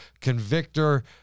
convictor